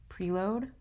preload